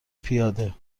پیاده